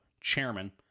chairman